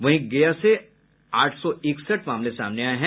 वहीं गया से आठ सौ इकसठ मामले सामने आये हैं